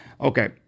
Okay